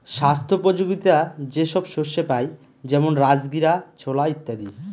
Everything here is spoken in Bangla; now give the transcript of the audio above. স্বাস্থ্যোপযোগীতা যে সব শস্যে পাই যেমন রাজগীরা, ছোলা ইত্যাদি